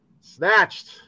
snatched